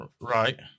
Right